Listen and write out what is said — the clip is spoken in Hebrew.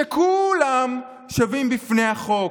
שכולם שווים בפני החוק,